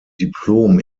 diplom